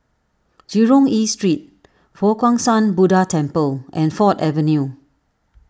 Jurong East Street Fo Guang Shan Buddha Temple and Ford Avenue